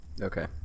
Okay